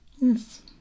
Yes